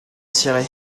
tirer